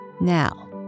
Now